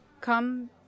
Come